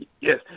yes